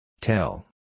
Tell